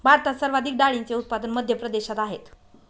भारतात सर्वाधिक डाळींचे उत्पादन मध्य प्रदेशात आहेत